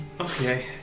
Okay